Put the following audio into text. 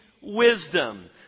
wisdom